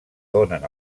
donen